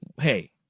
hey